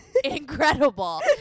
incredible